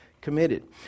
committed